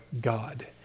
God